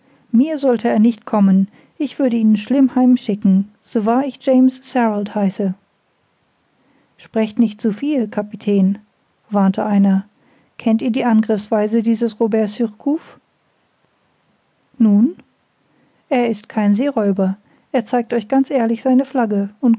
mir sollte er nicht kommen ich würde ihn schlimm heimschicken so wahr ich james sarald heiße sprecht nicht zu viel kapitän warnte einer kennt ihr die angriffsweise dieses robert surcouf nun er ist kein seeräuber er zeigt euch ganz ehrlich seine flagge